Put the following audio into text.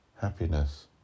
Happiness